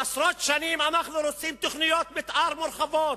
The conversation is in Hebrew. עשרות שנים אנחנו רוצים תוכניות מיתאר מורחבות,